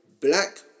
black